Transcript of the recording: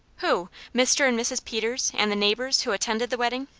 who? mr. and mrs. peters, and the neighbours, who attended the wedding!